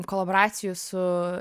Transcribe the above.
kolaboracijų su